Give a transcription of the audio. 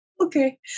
Okay